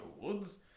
Woods